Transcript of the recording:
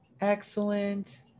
Excellent